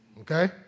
Okay